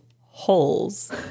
Holes